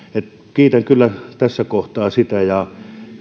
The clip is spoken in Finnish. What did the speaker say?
kiitän kyllä tässä kohtaa sitä ja